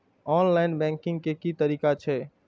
Online banking के की तरीका छै?